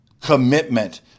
commitment